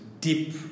deep